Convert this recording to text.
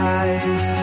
eyes